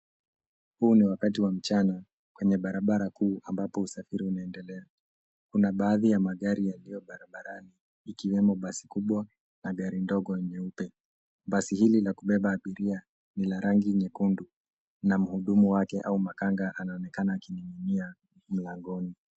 Huu ni wakati wa mchana kwenye barabara kuu ambapo usafiri unaendelea. Kuna baadhi ya magari yaliyo barabarani ikiwemo basi kubwa na gari ndogo nyeupe. Basi hili la kubeba abiria ni la rangi nyekundu na mhudumu wake au makanga anaonekana akining'inia mlangoni.